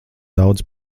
daudz